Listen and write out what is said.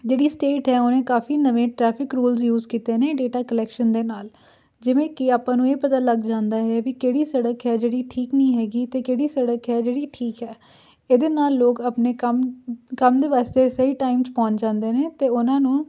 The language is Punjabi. ਜਿਹੜੀ ਸਟੇਟ ਏ ਉਹਨੇ ਕਾਫੀ ਨਵੇਂ ਟਰੈਫਿਕ ਰੂਲਸ ਯੂਜ ਕੀਤੇ ਨੇ ਡੇਟਾ ਕਲੈਕਸ਼ਨ ਦੇ ਨਾਲ ਜਿਵੇਂ ਕਿ ਆਪਾਂ ਨੂੰ ਇਹ ਪਤਾ ਲੱਗ ਜਾਂਦਾ ਹੈ ਵੀ ਕਿਹੜੀ ਸੜਕ ਹੈ ਜਿਹੜੀ ਠੀਕ ਨਹੀਂ ਹੈਗੀ ਅਤੇ ਕਿਹੜੀ ਸੜਕ ਹੈ ਜਿਹੜੀ ਠੀਕ ਹੈ ਇਹਦੇ ਨਾਲ ਲੋਕ ਆਪਣੇ ਕੰਮ ਕੰਮ ਦੇ ਵਾਸਤੇ ਸਹੀ ਟਾਈਮ 'ਚ ਪਹੁੰਚ ਜਾਂਦੇ ਨੇ ਅਤੇ ਉਹਨਾਂ ਨੂੰ